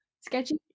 sketchy